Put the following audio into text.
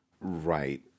Right